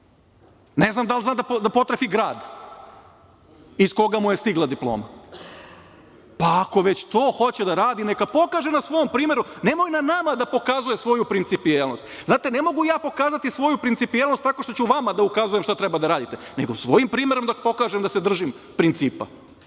ne znam da li zna da potrefi grad iz koga mu je stigla diploma. Pa ako već to hoće da radi, neka pokaže na svom primeru, nemoj na nama da pokazuju svoju principijelnost. Znate, ne mogu ja pokazati svoju principijelnost tako što ću vama da ukazujem šta treba da radite, nego svojim primerom da pokažem da se držim principa. Prema